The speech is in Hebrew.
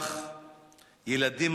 ילד,